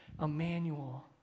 Emmanuel